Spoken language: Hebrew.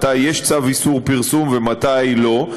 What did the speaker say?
מתי יש צו איסור פרסום ומתי לא,